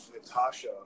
Natasha